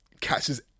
catches